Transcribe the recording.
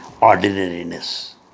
ordinariness